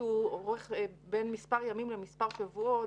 שאורך בין מספר ימים למספר שבועות.